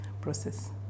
process